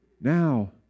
now